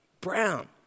Brown